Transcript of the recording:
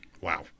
Wow